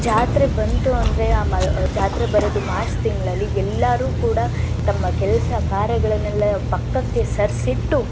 ಜಾತ್ರೆ ಬಂತು ಅಂದರೆ ಆ ಮ ಜಾತ್ರೆ ಬರೋದು ಮಾರ್ಚ್ ತಿಂಗಳಲ್ಲಿ ಎಲ್ಲರೂ ಕೂಡ ತಮ್ಮ ಕೆಲಸ ಕಾರ್ಯಗಳನ್ನೆಲ್ಲ ಪಕ್ಕಕ್ಕೆ ಸರಿಸ್ಬಿಟ್ಟು